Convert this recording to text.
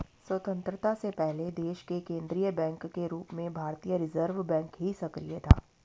स्वतन्त्रता से पहले देश के केन्द्रीय बैंक के रूप में भारतीय रिज़र्व बैंक ही सक्रिय था